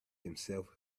himself